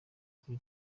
kuri